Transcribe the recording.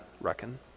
reckon